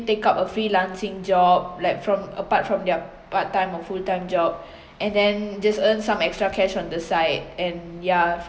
take up a freelancing job like from apart from their part time or full time job and then just earn some extra cash on the side and ya